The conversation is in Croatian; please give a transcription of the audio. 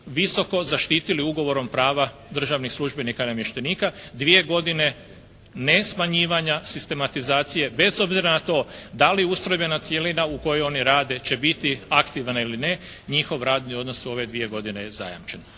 visoko zaštitili ugovorom prava državnih službenika i namještenika, dvije godine nesmanjivanja sistematizacije bez obzira na to da li ustrojbena cjelina u kojoj oni rade će biti aktivna ili ne, njihov radni odnos u ove dvije godine je zajamčen.